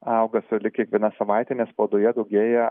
auga sulig kiekviena savaite nes spaudoje daugėja